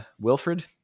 wilfred